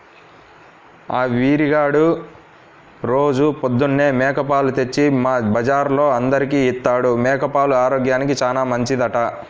ఆ వీరిగాడు రోజూ పొద్దన్నే మేక పాలు తెచ్చి మా బజార్లో అందరికీ ఇత్తాడు, మేక పాలు ఆరోగ్యానికి చానా మంచిదంట